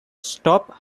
stop